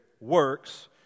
works